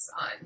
on